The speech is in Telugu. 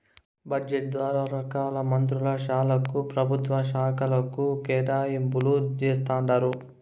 బడ్జెట్ ద్వారా రకాల మంత్రుల శాలకు, పెభుత్వ శాకలకు కేటాయింపులు జేస్తండారు